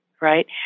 right